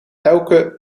elke